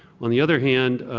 on the other hand,